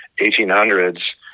1800s